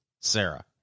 sarah